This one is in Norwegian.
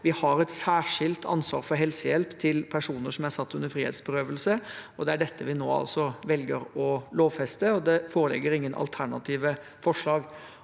Vi har et særskilt ansvar for helsehjelp til personer som er satt under frihetsberøvelse. Det er dette vi nå altså velger å lovfeste, og det foreligger ingen alternative forslag.